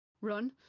run